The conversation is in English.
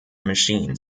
machine